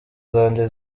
zanjye